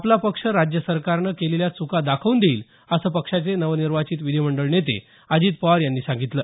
आपला पक्ष राज्य सरकारनं केलेल्या चुका दाखवून देईल असं पक्षाचे नवनिर्वाचित विधीमंडळ नेते अजित पवार यांनी सांगितलं